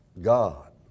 God